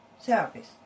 service